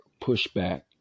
pushback